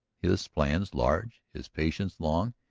his plans large, his patience long,